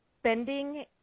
spending